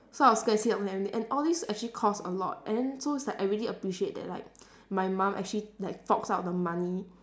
so I was quite sick of everything and all these actually cost a lot and then so it's like I really appreciate that like my mum actually like forks out the money